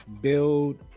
build